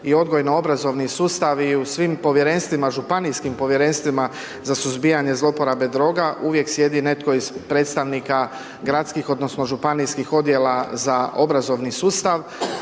i odgojno obrazovni sustav i u svim povjerenstvima, županijskim povjerenstvima za suzbijanje zlouporabe droga, uvijek sjedi netko iz predstavnika gradskih odnosno županijskih odjela za obrazovni sustav,